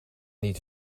niet